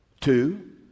Two